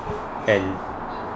and